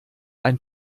ein